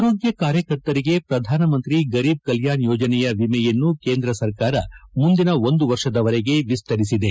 ಆರೋಗ್ತ ಕಾರ್ಯಕತರಿಗೆ ಪ್ರಧಾನ್ ಮಂಕ್ರಿ ಗರೀಬ್ ಕಲ್ಕಾಣ್ ಯೋಜನೆಯ ವಿಮೆಯನ್ನು ಕೇಂದ್ರ ಸರ್ಕಾರ ಮುಂದಿನ ಒಂದು ವರ್ಷದವರೆಗೆ ವಿಸ್ತರಿಸಿದೆ